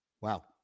Wow